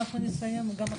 הצבעה לא אושר.